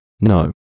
no